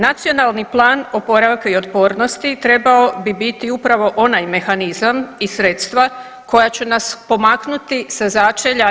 Nacionalni plan oporavka i otpornosti trebao bi biti upravo onaj mehanizam i sredstva koja će nas pomaknuti sa začelja EU.